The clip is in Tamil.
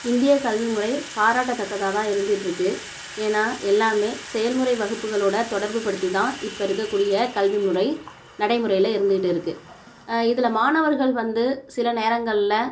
இந்திய கல்விமுறை பாராட்டத் தக்கதாகதான் இருந்துட்டுருக்கு ஏன்னா எல்லாமே செயல்முறை வகுப்புகளோட தொடர்புப்படுத்தி தான் இப்போ இருக்கக்கூடிய கல்விமுறை நடைமுறையில் இருந்துக்கிட்டு இருக்கு இதில் மாணவர்கள் வந்து சில நேரங்களில்